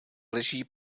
leží